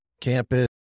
campus